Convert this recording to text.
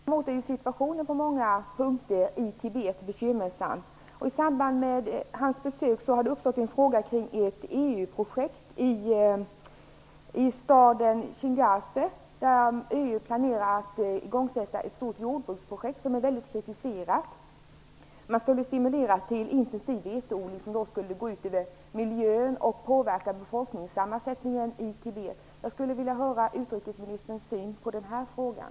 Herr talman! Utrikesministern! Situationen i Tibet är på många punkter bekymmersam. I samband med Dalai Lamas besök har det uppstått en fråga kring ett EU-projekt i staden Xigaze, där EU planerar att sätta i gång ett stort jordbruksprojekt som är mycket kritiserat. Man vill stimulera till intensiv veteodling som skulle gå ut över miljön och påverka befolkningssammansättningen i Tibet. Jag skulle vilja höra utrikesministerns syn på den här frågan.